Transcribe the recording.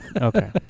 okay